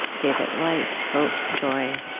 gave it light, hope, joy,